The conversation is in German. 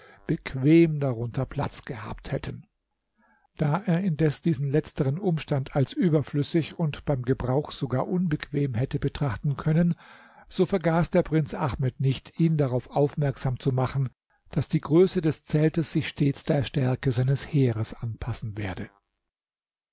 bequem darunter platz gehabt hätten da er indes diesen letzteren umstand als überflüssig und beim gebrauch sogar unbequem hätte betrachten könne so vergaß der prinz ahmed nicht ihn darauf aufmerksam zu machen daß die größe des zeltes sich stets der stärke seines heeres anpassen werde